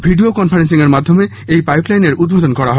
video conferencing এর মাধ্যমে এই পাইপ লাইনের উদ্ধোধন করা হয়